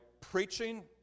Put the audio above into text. preaching